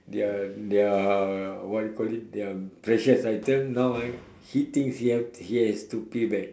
their their what you call it their precious item now I he thinks he have he has to pay back